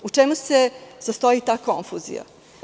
U čemu se sastoji ta konfuzija?